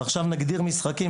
ועכשיו נגדיר משחקים.